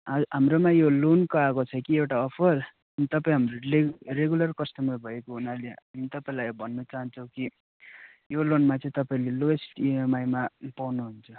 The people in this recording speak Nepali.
हा हाम्रोमा यो लोनको आएको छ कि एउटा अफर अनि तपाईँ हाम्रो लेग रेगुलर कस्टमर भएको हुनाले तपाईँलाई भन्नु चाहन्छु कि यो लोनमा चाहिँ तपाईँले लोएस्ट इएमआईमा पाउनु हुन्छ